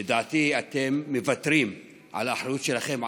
לדעתי אתם מוותרים על האחריות שלכם,